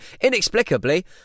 inexplicably